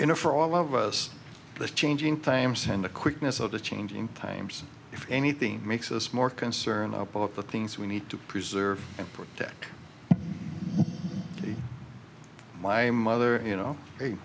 know for all of us the changing times and the quickness of the changing times if anything makes us more concerned i bought the things we need to preserve and protect my mother you know